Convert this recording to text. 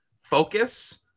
Focus